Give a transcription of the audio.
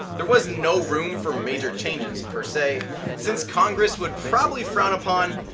there was no room for major changes per say since congress would probably frown upon,